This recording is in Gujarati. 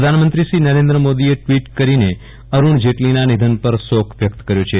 પ્રધાનમંત્રી શ્રી નરેન્દ્ર મોદીએ ટ્વિટ કરીને અરુણ જેટલીના નિધન પર શોક વ્યક્ત કર્યો છે